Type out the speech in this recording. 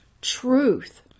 truth